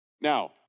Now